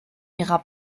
ihrer